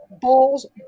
balls